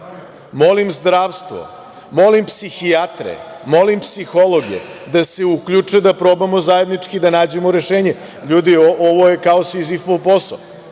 molim zdravstvo, molim psihijatre, molim psihologe da se uključe da probamo zajednički da nađemo rešenje. Ljudi, ovo je kao Sizifov posao.